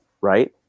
Right